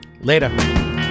Later